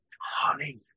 Honey